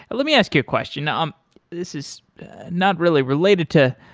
but let me ask you a question. um this is not really related to